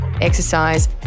exercise